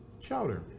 chowder